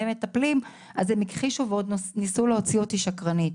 מטפלים אז הם הכחישו וניסו להוציא אותי שקרנית.